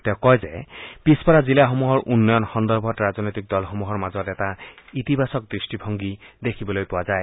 তেওঁ কয় যে পিছপৰা জিলা সমূহৰ উন্নয়ন সন্দৰ্ভত ৰাজনৈতিক দলসমূহৰ মাজত এটা ইতিবাচক দৃষ্টিভংগী দোখিবলৈ পোৱা যায়